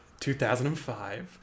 2005